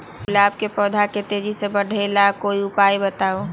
गुलाब के पौधा के तेजी से बढ़ावे ला कोई उपाये बताउ?